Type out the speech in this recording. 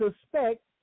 suspect